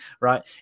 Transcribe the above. Right